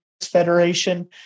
federation